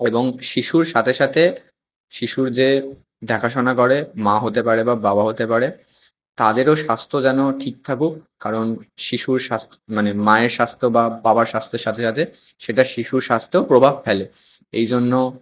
এবং শিশুর সাথে সাথে শিশুর যে দেখাশোনা করে মা হতে পারে বা বাবা হতে পারে তাদেরও স্বাস্থ্য যেন ঠিক থাকুক কারণ শিশুর স্বাস্থ্য মানে মায়ের স্বাস্থ্য বা বাবার স্বাস্থ্য়ের সাথে সাথে সেটা শিশুর স্বাস্থ্যেও প্রভাব ফেলে এই জন্য